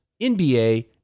NBA